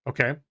Okay